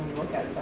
look at